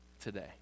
today